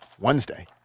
Wednesday